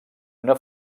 una